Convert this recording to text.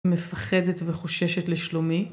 מפחדת וחוששת לשלומי.